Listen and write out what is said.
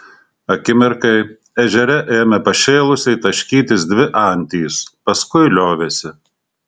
akimirkai ežere ėmė pašėlusiai taškytis dvi antys paskui liovėsi